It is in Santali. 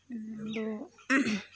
ᱟᱫᱚ